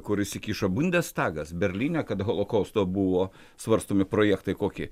kur įsikišo bundestagas berlyne kad holokausto buvo svarstomi projektai kokie